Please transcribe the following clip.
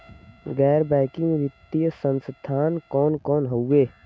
गैर बैकिंग वित्तीय संस्थान कौन कौन हउवे?